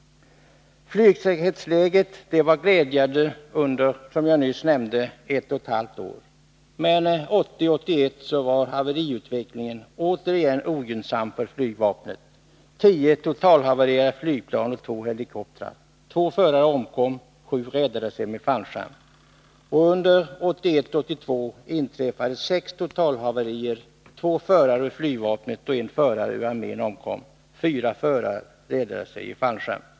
Flygsäkerhetsläget var glädjande under, som jag nyss nämnde, ett och ett halvt år. Men 1980-1981 var haveriutvecklingen återigen ogynnsam för flygvapnet — 10 totalhavererade flygplan och 2 helikoptrar, 2 förare omkom, 7 räddade sig med fallskärm. Även under 1981-1982 inträffade 6 totalhaverier: 2 förare ur flygvapnet och 1 förare ur armén omkom, 4 förare räddade sig i fallskärm.